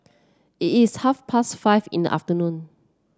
it's half past five in the afternoon